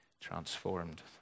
transformed